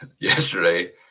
yesterday